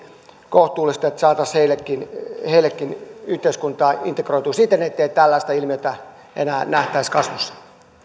kohtuullista että saataisiin heitäkin yhteiskuntaan integroitua siten ettei tällaista ilmiötä enää nähtäisi kasvussa ja